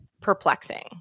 perplexing